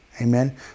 Amen